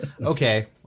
Okay